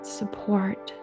support